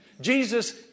Jesus